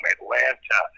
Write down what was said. Atlanta